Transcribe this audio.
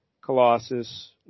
Colossus